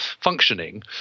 functioning